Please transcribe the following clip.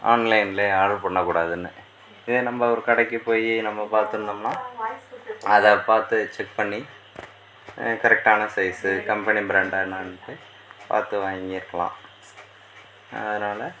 ஆன்லைன்லே order பண்ண கூடாதுனு இதே நம்ம ஒரு கடைக்கு போய் நம்ப பார்த்துருந்தோம்னா அதை பார்த்து செக் பண்ணி கரெக்டான சைஸ் கம்பெனி பிராண்ட்டா என்னன்ட்டு பார்த்து வாங்கிருக்கலாம் அதனால்